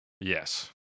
Yes